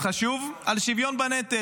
על שוויון בנטל.